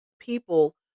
people